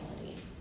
reality